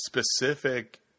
specific